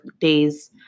days